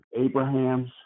Abraham's